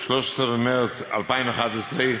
13 במרס 2011,